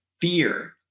fear